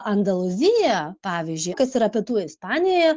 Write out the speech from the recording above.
andalūzija pavyzdžiui kas yra pietų ispanija